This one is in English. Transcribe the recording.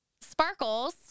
sparkles